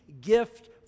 gift